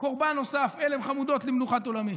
קורבן נוסף, עלם חמודות, למנוחת עולמים.